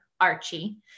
Archie